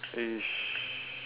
!hais!